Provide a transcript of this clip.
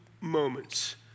moments